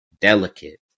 delicate